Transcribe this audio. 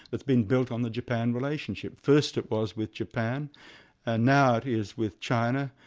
that's been built on the japan relationship. first it was with japan and now it is with china,